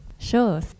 Sure